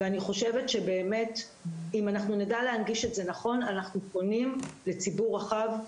אני חושבת שאם אנחנו נדע להנגיש את זה נכון אנחנו פונים לציבור רחב,